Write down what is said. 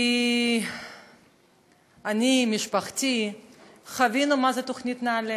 כי אני ומשפחתי חווינו מה זו תוכנית נעל"ה.